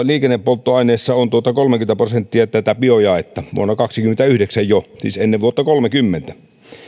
liikennepolttoaineessa on kolmekymmentä prosenttia tätä biojaetta vuonna kaksikymmentäyhdeksän jo siis ennen vuotta kolmekymmentä